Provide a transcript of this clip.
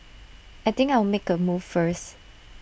I think I'll make A move first